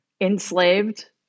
enslaved